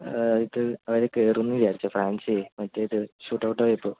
ആദ്യത്തെ അവർ കയറും എന്നു വിചാരിച്ചു ഫ്രാൻസേ മറ്റേത് ഷൂട്ട് ഔട്ടായപ്പോൾ